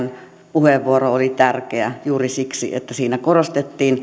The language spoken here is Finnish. puheenvuoro oli tärkeä juuri siksi että siinä korostettiin